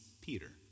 Peter